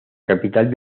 capital